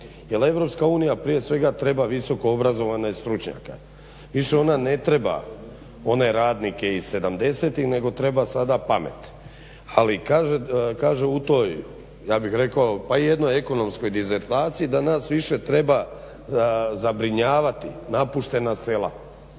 jer EU prije svega treba visoko obrazovane stručnjake. Više ona ne treba one radnike iz 70-tih nego treba sada pamet, ali kaže u toj ja bih rekao i jednoj ekonomskoj disertaciji da nas više treba zabrinjavati napuštena sela